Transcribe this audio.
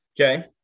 Okay